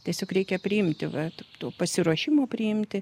tiesiog reikia priimti vat to pasiruošimo priimti